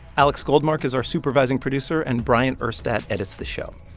alex goldmark is our supervising producer, and bryant urstadt edits the show.